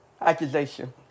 accusation